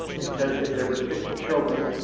because if there were six children,